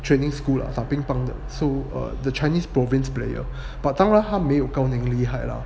training school lah 打乒乓的 so err the chinese province player but 当然他没有高宁厉害 lah